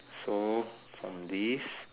so from this